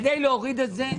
כדי להוריד את זה,